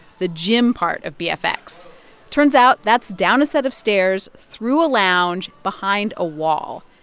the gym part of bfx turns out that's down a set of stairs, through a lounge, behind a wall.